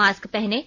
mask पहनें